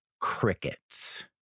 crickets